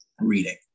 reading